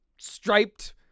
striped